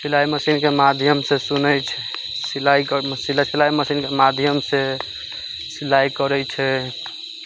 सिलाइ मशीनके माध्यम सऽ सुनै छै सिलाइ सिलाइ मशीनके माध्यम से सिलाइ करै छै